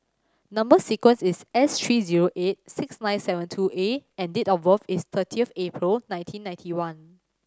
number sequence is S three zero eight six nine seven two A and date of birth is thirty of April nineteen ninety one